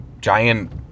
giant